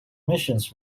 missions